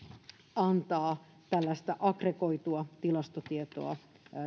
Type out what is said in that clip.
antaa tällaista aggregoitua tilastotietoa